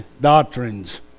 doctrines